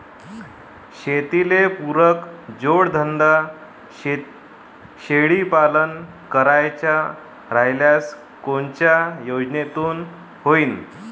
शेतीले पुरक जोडधंदा शेळीपालन करायचा राह्यल्यास कोनच्या योजनेतून होईन?